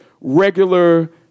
regular